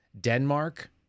Denmark